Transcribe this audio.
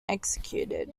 executed